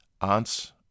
aunts